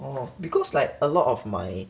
orh because like a lot of my